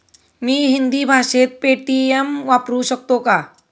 मी हिंदी भाषेत पेटीएम वापरू शकतो का?